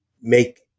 make